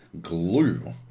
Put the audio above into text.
Glue